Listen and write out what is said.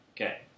Okay